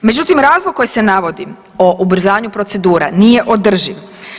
Međutim, razlog koji se navodi o ubrzanju procedura nije održiv.